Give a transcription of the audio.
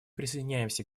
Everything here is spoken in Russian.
присоединяемся